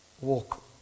walk